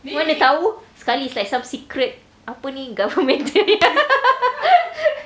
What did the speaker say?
mana tahu sekali it's like some secret apa ni government